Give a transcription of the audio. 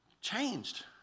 changed